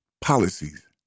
policies